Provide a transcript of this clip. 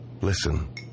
Listen